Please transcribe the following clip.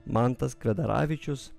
mantas kvedaravičius